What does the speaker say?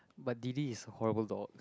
but D d is a horrible dog